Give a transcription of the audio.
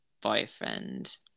boyfriend